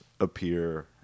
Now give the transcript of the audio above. appear